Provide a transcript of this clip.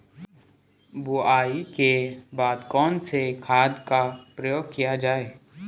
बुआई के बाद कौन से खाद का प्रयोग किया जायेगा?